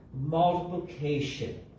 Multiplication